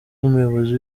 n’umuyobozi